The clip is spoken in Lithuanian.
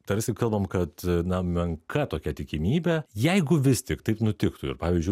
tarsi kalbam kad na menka tokia tikimybė jeigu vis tik taip nutiktų ir pavyzdžiui